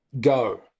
go